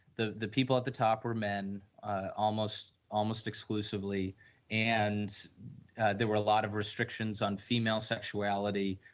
the the people at the top are men ah almost almost exclusively and there were lot of restrictions on female sexuality,